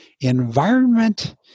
Environment